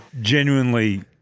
genuinely